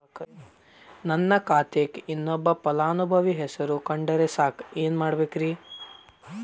ನನ್ನ ಖಾತೆಕ್ ಇನ್ನೊಬ್ಬ ಫಲಾನುಭವಿ ಹೆಸರು ಕುಂಡರಸಾಕ ಏನ್ ಮಾಡ್ಬೇಕ್ರಿ?